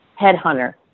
headhunter